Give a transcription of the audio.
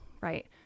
right